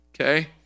Okay